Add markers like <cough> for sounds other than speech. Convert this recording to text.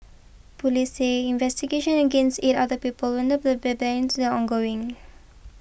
police say investigations against eight other people involved in the <unintelligible> still ongoing